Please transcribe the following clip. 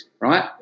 right